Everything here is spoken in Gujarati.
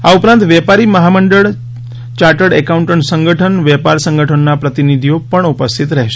આ ઉપરાંત વેપારી મહામંડળ ચાર્ટર્ડ એકાઉન્ટન્ટ સંગઠન વેપાર સંગઠનોના પ્રતિનિધિઓ પણ ઉપસ્થિત રહેશે